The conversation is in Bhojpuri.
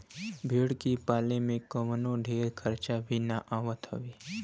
भेड़ के पाले में कवनो ढेर खर्चा भी ना आवत हवे